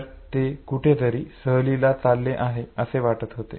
तर ते कुठे तरी सहलीला चालले आहे असे वाटत होते